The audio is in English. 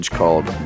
called